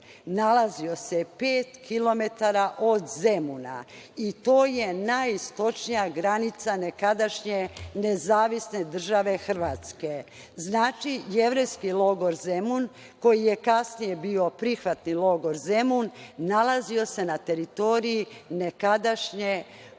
nalazio se pet kilometara od Zemuna i to je najistočnija granica nekadašnje NDH. Znači, jevrejski logor Zemun koji je kasnije bio prihvatni logor Zemun nalazio se na teritoriji NDH.Takođe